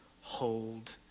Hold